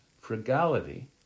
frugality